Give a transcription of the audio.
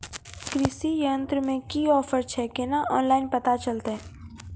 कृषि यंत्र मे की ऑफर छै केना ऑनलाइन पता चलतै?